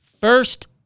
first